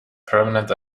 permanent